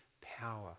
power